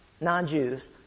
non-Jews